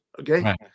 okay